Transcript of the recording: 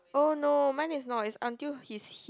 oh no mine is not is until his hip